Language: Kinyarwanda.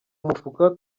mifuka